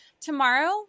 Tomorrow